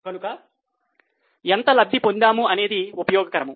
కనుక ఎంత లబ్ధి పొందుతాము అనేది ఉపయోగకరం